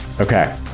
Okay